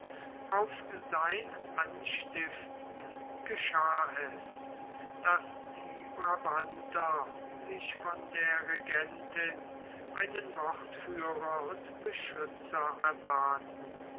auf sein anstiften geschah es daß die brabanter sich von der regentin einen wortführer und beschützer erbaten